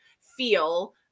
feel